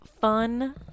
Fun